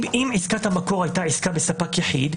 אם עסקת המקור הייתה עסקה בספק יחיד,